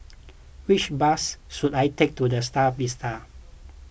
which bus should I take to the Star Vista